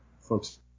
folks